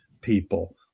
people